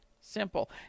simple